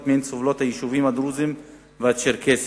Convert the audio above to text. שמהן סובלים היישובים הדרוזיים והצ'רקסיים,